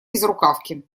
безрукавке